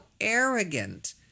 arrogant